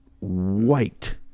white